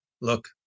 look